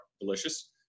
delicious